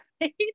right